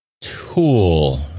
tool